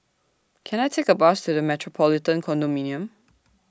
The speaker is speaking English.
Can I Take A Bus to The Metropolitan Condominium